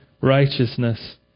righteousness